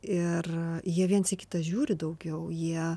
ir jie viens į kitą žiūri daugiau jie